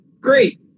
great